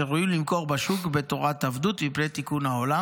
שראויים למכור בשוק בתור עבדות, מפני תיקון העולם"